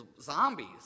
zombies